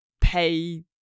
pay